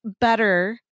better